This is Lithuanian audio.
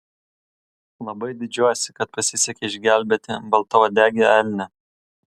labai didžiuojuosi kad pasisekė išgelbėti baltauodegį elnią